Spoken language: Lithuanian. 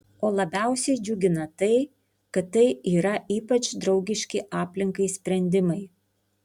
o labiausiai džiugina tai kad tai yra ypač draugiški aplinkai sprendimai